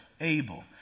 Abel